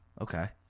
Okay